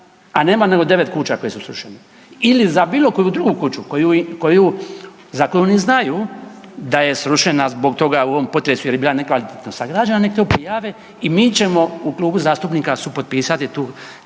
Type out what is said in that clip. a nema nego 9 kuća koje su srušene, ili za bilo koju drugu koju, za koju oni znaju da je srušena zbog toga u ovom potresu jer je bila nekvalitetno sagrađena, nek to prijave i mi ćemo u klubu zastupnika supotpisati tu